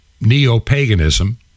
neo-paganism